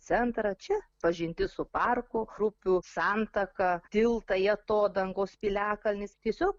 centrą čia pažintis su parku upių santaka tiltai atodangos piliakalnis tiesiog